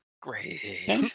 Great